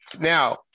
now